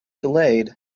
delayed